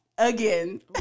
Again